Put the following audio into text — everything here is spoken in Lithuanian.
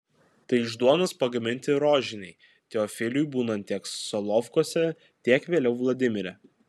tai iš duonos pagaminti rožiniai teofiliui būnant tiek solovkuose tiek vėliau vladimire